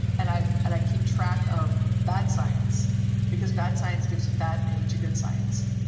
and i and i keep track of bad science because bad science gives a bad name to good science.